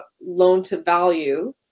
loan-to-value